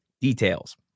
details